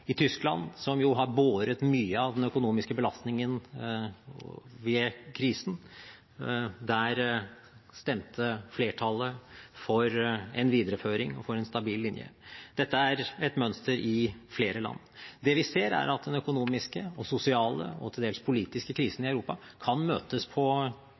I Tyskland, som jo har båret mye av den økonomiske belastningen ved krisen, stemte flertallet for en videreføring og for en stabil linje. Dette er et mønster i flere land. Det vi ser, er at den økonomiske og sosiale og til dels politiske krisen i Europa kan møtes på